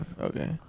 okay